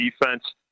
defense